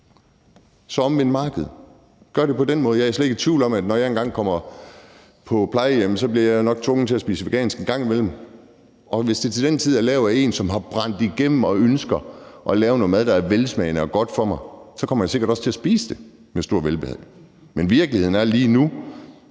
Så omvend markedet! Gør det på den måde. Jeg er slet ikke i tvivl om, at når jeg engang kommer på plejehjem, bliver jeg nok tvunget til at spise vegansk en gang imellem, og hvis det til den tid er lavet af en, som har brændt igennem, og som ønsker at lave noget mad, der er velsmagende og godt for mig, kommer jeg sikkert også til at spise det med stort velbehag. Men virkeligheden er lige nu,